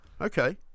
Okay